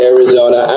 Arizona